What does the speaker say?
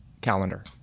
calendar